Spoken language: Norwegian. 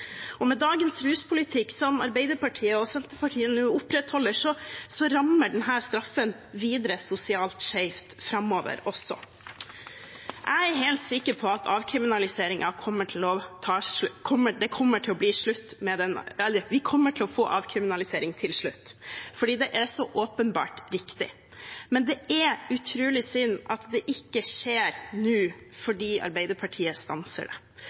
Med dagens ruspolitikk, som Arbeiderpartiet og Senterpartiet nå opprettholder, rammer denne straffen videre sosialt skjevt framover også. Jeg er helt sikker på at vi kommer til å få avkriminalisering til slutt, fordi det er så åpenbart riktig. Men det er utrolig synd at det ikke skjer nå, fordi Arbeiderpartiet stanser det.